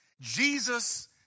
Jesus